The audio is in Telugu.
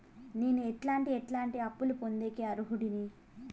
నేను ఎట్లాంటి ఎట్లాంటి అప్పులు పొందేకి అర్హుడిని?